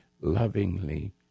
lovingly